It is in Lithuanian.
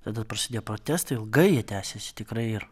tada prasidėjo protestai ilgai jie tęsėsi tikrai ir